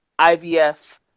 IVF